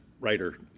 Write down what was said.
writer